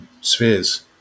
spheres